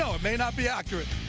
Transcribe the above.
so it may not be accurate.